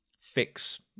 fix